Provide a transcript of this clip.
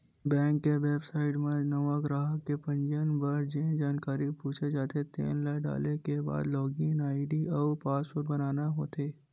bank के website म नवा गराहक के पंजीयन बर जेन जानकारी पूछे जाथे तेन ल डाले के बाद लॉगिन आईडी अउ पासवर्ड बनाना होथे